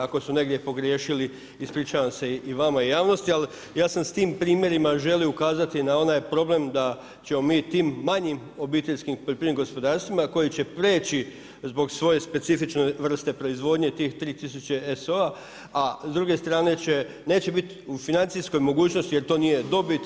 Ako su negdje pogriješili ispričavam se i vama i javnosti, ali ja sam s tim primjerima želio ukazati na onaj problem da ćemo mi tim manjim obiteljskim poljoprivrednim gospodarstvima koji će prijeći zbog svoje specifične vrste proizvodnje tih 3000 SO-a, a s druge strane će, neće biti u financijskoj mogućnosti jer to nije dobit.